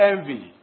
envy